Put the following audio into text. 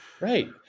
right